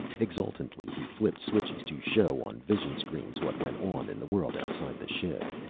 exultantly, he flipped switches to show on vision screens what went on in the world outside the ship.